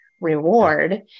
reward